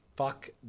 Fuck